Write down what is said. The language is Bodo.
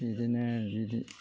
बिदिनो